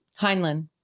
Heinlein